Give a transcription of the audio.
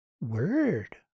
Word